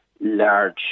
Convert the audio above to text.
large